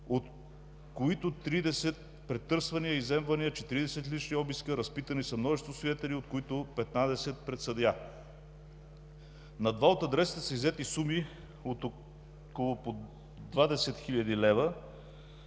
от които 30 претърсвания, изземвания, 40 лични обиска, разпитани са множество свидетели, от които 15 пред съдия. На два от адресите са иззети суми по около 20 хил. лв.